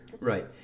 Right